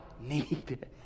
need